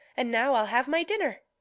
and now i'll have my dinner.